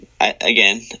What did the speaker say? again